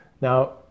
Now